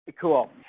Cool